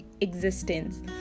existence